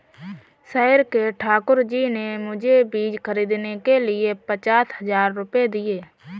शहर के ठाकुर जी ने मुझे बीज खरीदने के लिए पचास हज़ार रूपये दिए